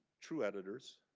true editors.